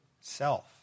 self